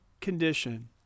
condition